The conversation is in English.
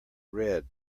red